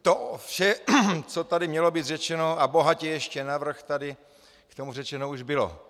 To vše, co tady mělo být řečeno, a bohatě ještě navrch, tady k tomu řečeno už bylo.